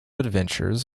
adventures